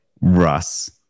Russ